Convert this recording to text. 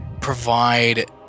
provide